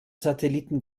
satelliten